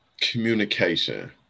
Communication